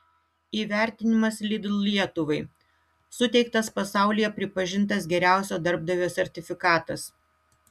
įvertinimas lidl lietuvai suteiktas pasaulyje pripažintas geriausio darbdavio sertifikatas